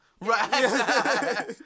Right